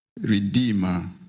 redeemer